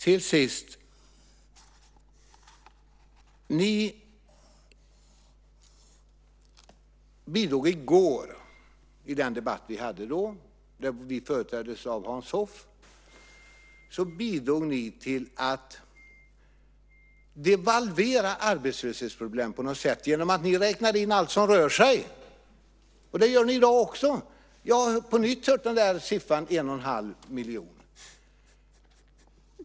Till sist: I den debatt som vi hade i går, då vi företräddes av Hans Hoff, bidrog ni på något sätt till att devalvera arbetslöshetsproblemen genom att ni räknade in allt som rör sig. Det gör ni i dag också. Jag har på nytt hört siffran en och en halv miljon.